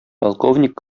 полковник